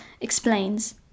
explains